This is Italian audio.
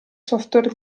software